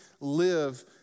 live